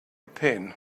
pen